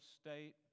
state